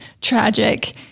tragic